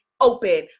open